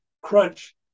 crunch